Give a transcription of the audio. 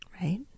Right